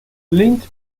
lynch